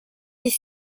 dix